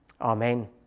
Amen